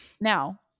now